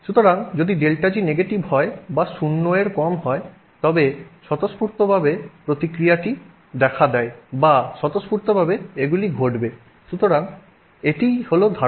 সুতরাং যদি ΔG negative হয় বা 0 এর কম হয় তবে স্বতঃস্ফূর্তভাবে প্রতিক্রিয়া দেখা দেয়vবা স্বতঃস্ফূর্তভাবে এগুলি ঘটবে সুতরাং এটিই ধারণা